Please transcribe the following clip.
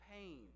pain